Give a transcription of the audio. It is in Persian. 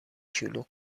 شلوغ